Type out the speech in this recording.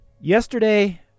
Yesterday